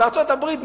בארצות-הברית,